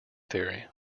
theory